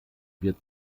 wir